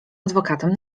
adwokatem